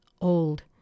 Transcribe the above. old